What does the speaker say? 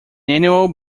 annual